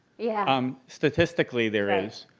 yeah um statistically there is.